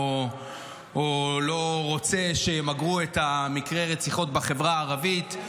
או לא רוצה שימגרו את מקרי הרציחות בחברה הערבית.